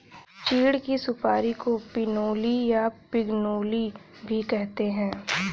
चीड़ की सुपारी को पिनोली या पिगनोली भी कहते हैं